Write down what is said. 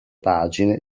pagine